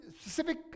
specific